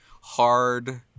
hard